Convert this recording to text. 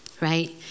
right